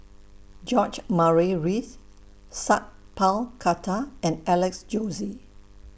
George Murray Reith Sat Pal Khattar and Alex Josey